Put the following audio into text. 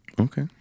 Okay